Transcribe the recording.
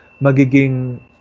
magiging